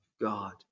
God